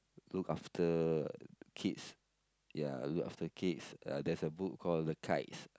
look after kids ya look after kids uh there's a book call the kites